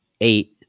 Eight